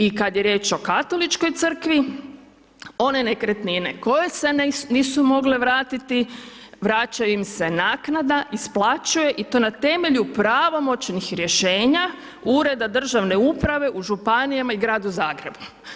I kad je riječ o Katoličkoj crkvi one nekretnine koje se nisu mogle vratiti, vraća im se naknada, isplaćuje i to na temelju pravomoćnih rješenja Ureda državne uprave u županijama i Gradu Zagrebu.